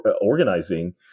organizing